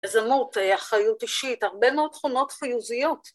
‫יזמות, אחריות אישית, ‫הרבה מאוד תכונות חיוביות.